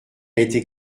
été